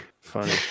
Funny